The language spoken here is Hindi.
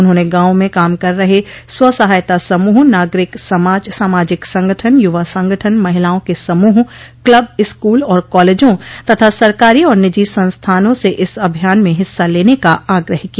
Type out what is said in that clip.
उन्होंने गांवों में काम कर रहे स्वसहायता समूह नागरिक समाज सामाजिक संगठन युवा संगठन महिलाओं के समूह क्लब स्कूल और कॉलेजों तथा सरकारी और निजी संस्थानों से इस अभियान में हिस्सा लेने का आग्रह किया